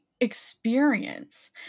experience